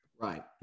Right